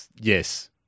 yes